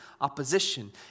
opposition